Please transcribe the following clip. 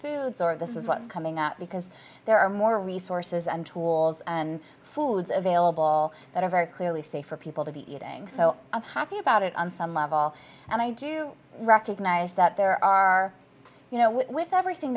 foods or this is what's coming out because there are more resources and tools and foods available that are very clearly safe for people to be eating so i'm happy about it on some level and i do recognize that there are you know with everything